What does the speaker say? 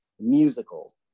musical